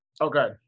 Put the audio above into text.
okay